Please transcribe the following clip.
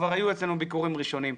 כבר היו אצלנו בביקורים ראשונים.